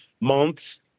months